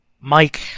Mike